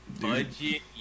Budget